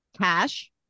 cash